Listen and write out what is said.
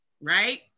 right